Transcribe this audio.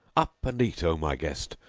up and eat, o my guest,